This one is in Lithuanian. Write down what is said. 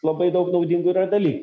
labai daug naudingų yra dalykų